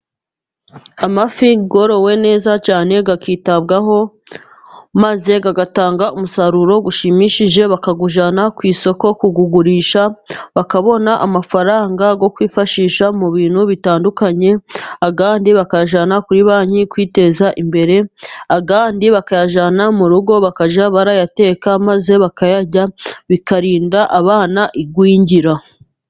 Amafi yorowe neza cyane akitabwaho maze agatanga umusaruro ushimishije bakawujyana ku isoko kuwugurisha bakabona amafaranga yo kwifashisha mu bintu bitandukanye, andi bakayajyana kuri banki kwiteza imbere, andi bakayajyana mu rugo bakajya bayateka maze bakayarya bikarinda abana igwingira.